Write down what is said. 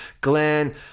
Glenn